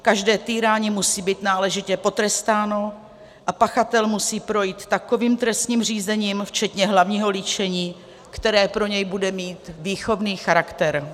Každé týrání musí být náležitě potrestáno a pachatel musí projít takovým trestním řízením včetně hlavního líčení, které pro něj bude mít výchovný charakter.